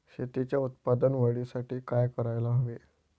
शेतीच्या उत्पादन वाढीसाठी काय करायला हवे?